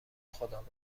خداوند